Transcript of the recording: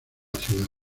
ciudad